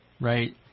Right